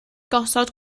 gosod